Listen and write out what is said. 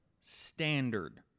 standard